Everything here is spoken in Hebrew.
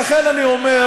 לא, אז לכן אני אומר,